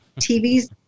TVs